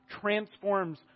transforms